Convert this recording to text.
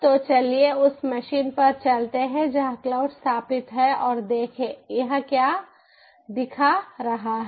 तो चलिए उस मशीन पर चलते हैं जहाँ क्लाउड स्थापित है और देखें यह क्या दिखा रहा है